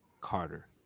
Carter